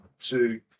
two